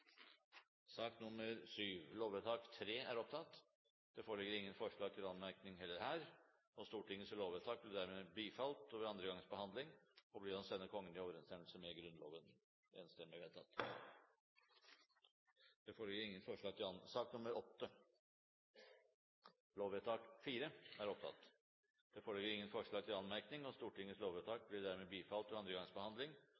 sak nr. 4 foreligger det ikke noe voteringstema. Det foreligger ingen forslag til anmerkning. Stortingets lovvedtak er dermed bifalt ved annen gangs behandling og blir å sende Kongen i overensstemmelse med Grunnloven. Det foreligger ingen forslag til anmerkning. Stortingets lovvedtak er dermed bifalt ved annen gangs behandling og blir å sende Kongen i overensstemmelse med Grunnloven. Det foreligger ingen forslag til anmerkning. Stortingets